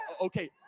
Okay